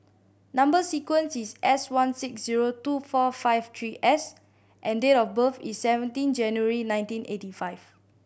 number sequence is S one six zero two four five three S and date of birth is seventeen January nineteen eighty five